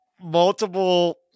multiple